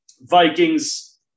Vikings